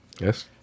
Yes